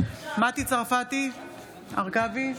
מטי צרפתי הרכבי,